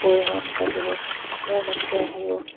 পৰিমাণ বাঢ়িব মৌমাখি আহিব